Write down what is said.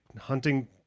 hunting